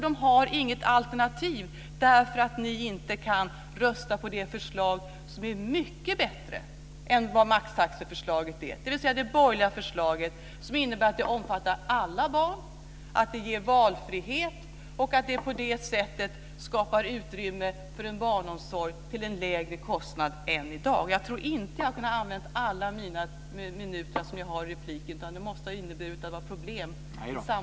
De har inget alternativ, därför att ni inte kan rösta på det förslag som är mycket bättre än maxtaxeförslaget, dvs. det borgerliga förslaget, som omfattar alla barn, ger valfrihet och på det sättet skapar utrymme för en barnomsorg till lägre kostnad än i dag.